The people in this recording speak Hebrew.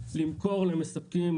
למכור למספקים,